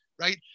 right